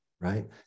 right